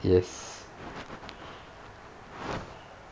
yes